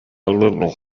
little